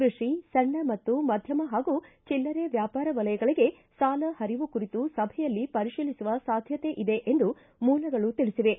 ಕೃಷಿ ಸಣ್ಣ ಮತ್ತು ಮಧ್ಯಮ ಹಾಗೂ ಚಿಲ್ಲರೆ ವ್ಯಾಪಾರ ವಲಯಗಳಿಗೆ ಸಾಲ ಪರಿವು ಕುರಿತು ಸಭೆಯಲ್ಲಿ ಪರಿಶೀಲಿಸುವ ಸಾಧ್ಯತೆ ಇದೆ ಎಂದು ಮೂಲಗಳು ತಿಳಿಸಿವೆ